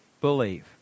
Believe